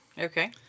Okay